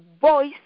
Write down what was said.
voice